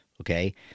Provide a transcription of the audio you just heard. okay